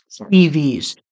EVs